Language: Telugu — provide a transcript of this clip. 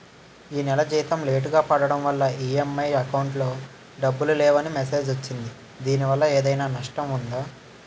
ఈ నెల జీతం లేటుగా పడటం వల్ల ఇ.ఎం.ఐ అకౌంట్ లో డబ్బులు లేవని మెసేజ్ వచ్చిందిదీనివల్ల ఏదైనా నష్టం ఉందా?